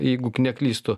jeigu neklystu